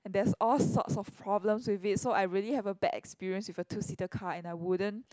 there's all sorts of problems with it so I really have a bad experience with a two seater car and I wouldn't